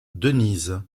denise